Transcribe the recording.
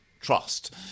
Trust